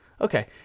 Okay